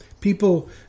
People